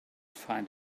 find